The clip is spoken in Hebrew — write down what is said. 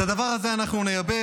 את הדבר הזה אנחנו נייבש,